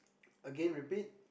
again repeat